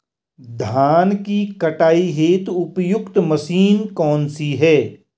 धान की कटाई हेतु उपयुक्त मशीन कौनसी है?